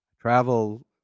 travel